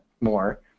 more